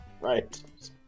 right